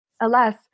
Alas